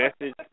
Message